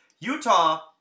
Utah